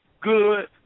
good